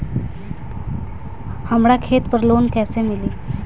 हमरा खेत पर लोन कैसे मिली?